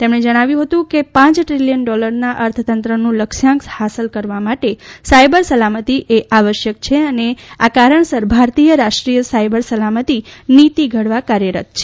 તેમણે જણાવ્યું હતું કે પાંચ દ્રિલીયન ડોલરના અર્થતંત્રનું લક્ષ્યાંક હાંસલ કરવા માટે સાયબર સલામતી એ આવશ્યક છે અને આ કારણસર ભારત રાષ્ટ્રીય સાયબર સલામતી નીતિ ધડવા કાર્યરત છે